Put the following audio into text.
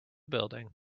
building